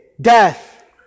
death